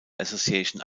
association